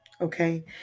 Okay